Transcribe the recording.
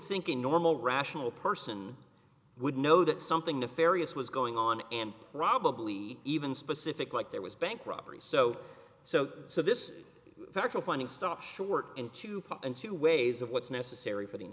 think a normal rational person would know that something nefarious was going on and probably even specific like there was bank robbery so so so this federal funding stopped short and to pump and two ways of what's necessary for the